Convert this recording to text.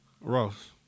Ross